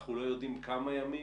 אנחנו לא יודעים כמה ימים,